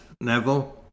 Neville